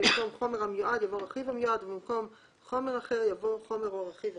במקום "חומר המיועד" יבוא "רכיב המיועד",